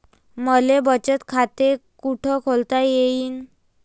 मले बचत खाते कुठ खोलता येईन?